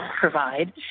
provide